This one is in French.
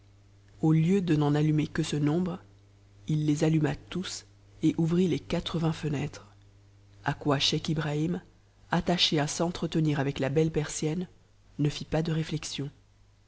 au lieu de n'en allumer que ce nombre il les alluma tous et ouvrit les quatre-vingts fenêtres à quoi scheich ibrahim attaché à s'entretenir ak la belle persienne ne fit pas de réflexion